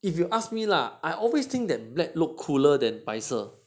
if you ask me lah I always think that black look cooler than 白色